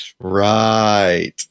right